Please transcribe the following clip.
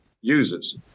users